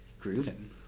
grooving